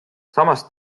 samas